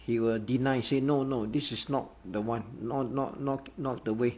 he will deny say no no this is not the one not not not not the way